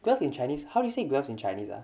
gloves in chinese how do you say gloves in chinese ah